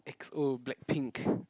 X_O black pink